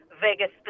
Vegas